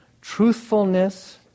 truthfulness